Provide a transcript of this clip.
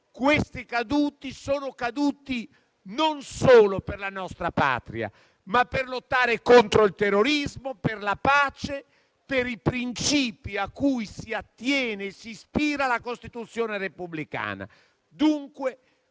pace, che sono caduti non solo per la nostra Patria, ma per lottare contro il terrorismo, per la pace e per i principi a cui si attiene e si ispira la Costituzione repubblicana.